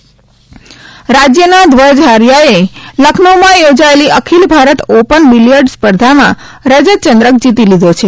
ઘ્વજ હરિયા રાજ્યના ધ્વજ હરિયાએ લખનઉમાં યોજાયેલી અખિલ ભારત ઓપન બીલીયર્ડ સ્પર્ધામાં રજતચંદ્રક જીતી લીધો છે